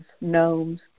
gnomes